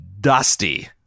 dusty